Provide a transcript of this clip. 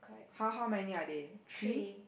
h~ how many are there three